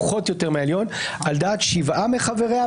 על דעת שבעה מחבריה,